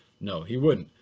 no, he wouldn't.